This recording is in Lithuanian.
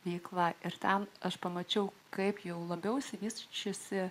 veikla ir ten aš pamačiau kaip jau labiau išsivysčiusi